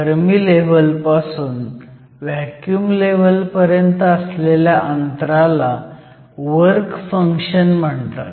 Fermi लेव्हलपासून vacuum level पर्यंत असलेल्या अंतराला वर्क फंक्शन म्हणतात